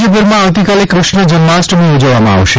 રાજ્યભરમાં આવતીકાલે ક્રષ્ણ જન્માષ્ટમી ઉજવવામાં આવશે